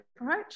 approach